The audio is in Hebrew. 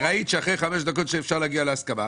ראית שאחרי חמש דקות אפשר להגיע להסכמה,